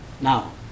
Now